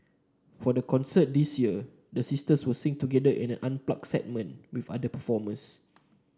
for the concert this year the sisters will sing together in an unplugged segment with other performers